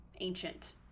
ancient